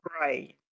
Right